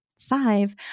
five